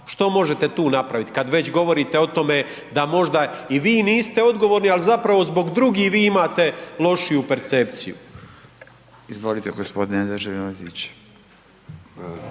što možete tu napraviti kad već govorite o tome da možda i vi niste odgovorni, ali zapravo zbog drugih vi imate lošiju percepciju? **Radin, Furio (Nezavisni)**